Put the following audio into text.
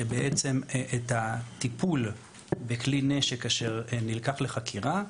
שבעצם מגדירה את הטיפול בכלי נשק אשר נלקח לחקירה,